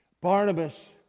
Barnabas